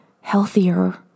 healthier